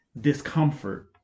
discomfort